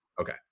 Okay